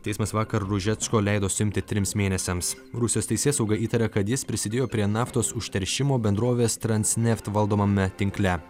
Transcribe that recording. teismas vakar rožecko leido suimti trims mėnesiams rusijos teisėsauga įtaria kad jis prisidėjo prie naftos užteršimo bendrovės trans neft valdomame tinkle